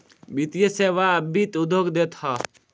वित्तीय सेवा वित्त उद्योग देत हअ